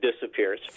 disappears